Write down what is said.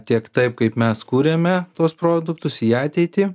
tiek taip kaip mes kūriame tuos produktus į ateitį